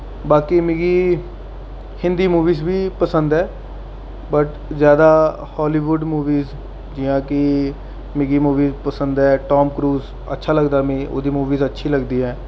बाकी मिगी हिंदी मूवियां बी पसंद न बट जैदा हालीवुड मूवियां जि'यां कि मिगी मूवी पसंद ऐ टामक्रूज अच्छा लगदा मिगी ओह्दी मूवी अच्छी लगदी ऐ